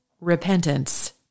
repentance